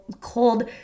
cold